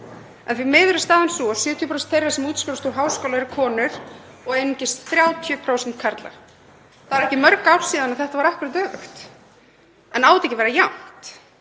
En því miður er staðan sú að 70% þeirra sem útskrifast úr háskóla eru konur og einungis 30% karlar. Það eru ekki mörg ár síðan þetta var akkúrat öfugt en á þetta ekki að vera jafnt?